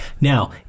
Now